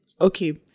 Okay